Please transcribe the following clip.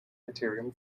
material